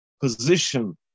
position